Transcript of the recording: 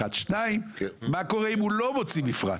דבר שני מה קורה אם הוא לא מוציא מפרט?